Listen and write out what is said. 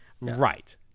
Right